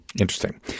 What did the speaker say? Interesting